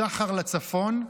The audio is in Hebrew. שחר לצפון,